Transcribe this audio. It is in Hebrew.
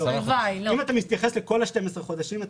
עשרה חודשים.